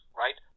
right